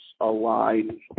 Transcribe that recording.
align